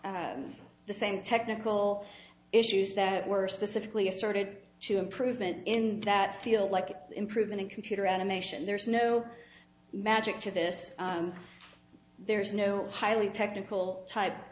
have the same technical issues that were specifically asserted to improvement in that field like improvement in computer animation there's no magic to this there's no highly technical type